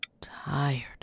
tired